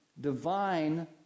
divine